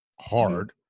hard